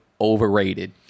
Overrated